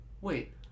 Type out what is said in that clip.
wait